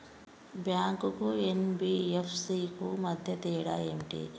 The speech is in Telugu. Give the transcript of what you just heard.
బ్యాంక్ కు ఎన్.బి.ఎఫ్.సి కు మధ్య తేడా ఏమిటి?